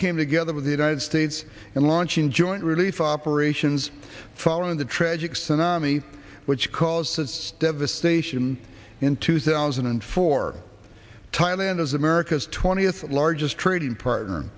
came together with the united states and launching joint relief operations following the tragic tsunami which caused its devastation in two thousand and four thailand as america's twentieth largest trading partner